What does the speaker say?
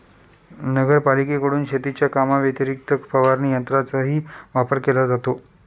नगरपालिकेकडून शेतीच्या कामाव्यतिरिक्त फवारणी यंत्राचाही वापर केला जातो